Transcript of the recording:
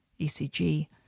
ECG